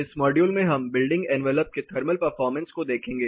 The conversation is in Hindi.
इस मॉड्यूल में हम बिल्डिंग एनवलप के थर्मल परफॉर्मेंस को देखेंगे